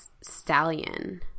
Stallion